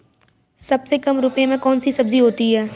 सबसे कम रुपये में कौन सी सब्जी होती है?